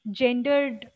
gendered